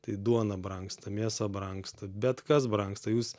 tai duona brangsta mėsa brangsta bet kas brangsta jūs